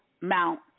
mount